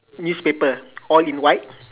newspaper all in white